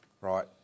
right